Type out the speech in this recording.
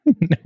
No